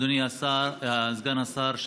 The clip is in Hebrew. אדוני סגן השר,